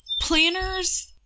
Planners